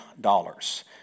dollars